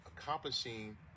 Accomplishing